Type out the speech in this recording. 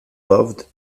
loved